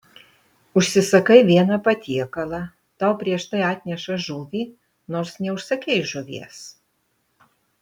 užsisakai vieną patiekalą tau prieš tai atneša žuvį nors neužsakei žuvies